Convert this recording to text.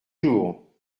jours